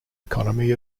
economy